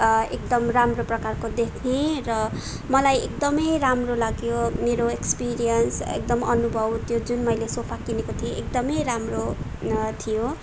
एकदम राम्रो प्रकारको देख्ने र मलाई एकदमै राम्रो लाग्यो मेरो एक्सपिरेयन्स एकदम अनुभव त्यो जुन मैले सोफा किनेको थिएँ एकदमै राम्रो थियो